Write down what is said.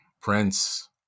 Prince